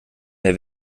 mehr